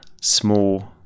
small